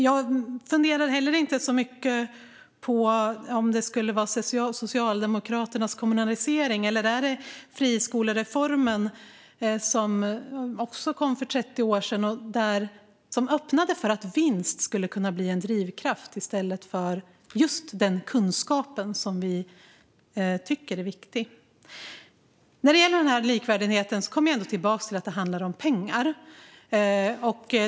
Jag funderar heller inte så mycket på om det var Socialdemokraternas kommunalisering eller friskolereformen för 30 år sedan som öppnade för att vinst skulle kunna bli en drivkraft i stället för just kunskapen, som vi tycker är så viktig. När det gäller likvärdigheten kommer jag ändå tillbaka till att det handlar om pengar.